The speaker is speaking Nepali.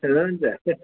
हुन्छ